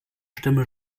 stimme